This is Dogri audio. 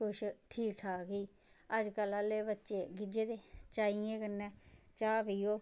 कुछ ठीक ठाक ही अज्जकल आहले बच्चे गिज्झे दे चाह्इयें कन्नै चाह् पियो